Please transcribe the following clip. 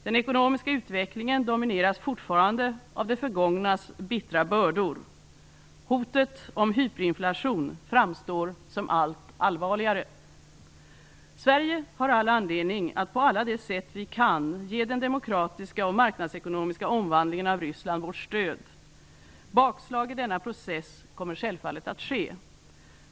Den ekonomiska utvecklingen domineras fortfarande av det förgångnas bittra bördor. Hotet om hyperinflation framstår som allt allvarligare. Sverige har all anledning att på alla de sätt vi kan ge den demokratiska och marknadsekonomiska omvandlingen av Ryssland vårt stöd. Bakslag i denna process kommer självfallet att ske.